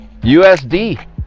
USD